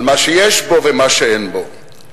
על מה שיש בו ומה שאין בו.